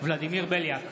ולדימיר בליאק,